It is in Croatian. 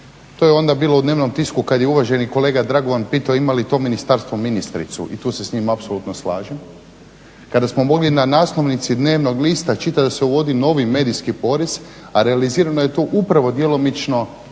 To je onda bilo u dnevnom tisku kad je uvaženi kolega Dragovan pitao ima li to ministarstvo ministricu i tu se s njim apsolutno slažem, kada smo mogli na naslovnici dnevnog lista čitati da se uvodi novi medijski porez, a realizirano je to upravo djelomično